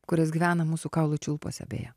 kuris gyvena mūsų kaulų čiulpuose beje